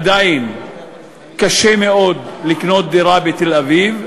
עדיין קשה מאוד לקנות דירה בתל-אביב,